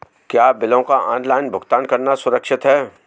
क्या बिलों का ऑनलाइन भुगतान करना सुरक्षित है?